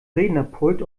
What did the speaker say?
rednerpult